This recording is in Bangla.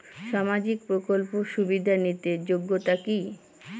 সামাজিক প্রকল্প সুবিধা নিতে যোগ্যতা কি?